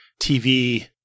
TV